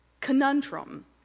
conundrum